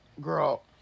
girl